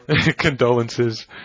Condolences